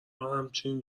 همچین